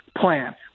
plan